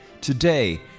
today